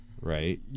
right